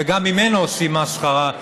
וגם ממנו עושים מסחרה.